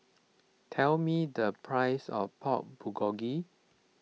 tell me the price of Pork Bulgogi